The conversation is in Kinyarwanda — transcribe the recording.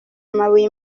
amabuye